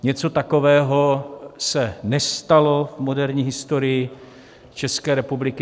Něco takového se nestalo v moderní historii České republiky.